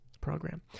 program